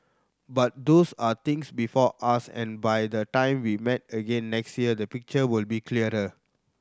but these are things before us and by the time we meet again next year the picture will be clearer